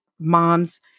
moms